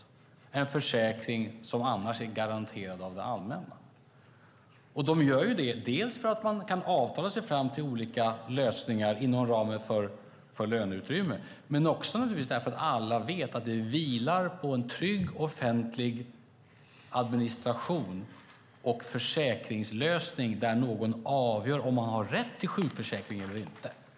Det är en försäkring som annars är garanterad av det allmänna. Det gör de eftersom man kan avtala sig fram till olika lösningar inom ramen för ett löneutrymme men naturligtvis också därför att alla vet att det vilar på en trygg, offentlig administration och försäkringslösning där någon avgör om man har rätt till sjukförsäkring eller inte.